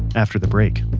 after the break.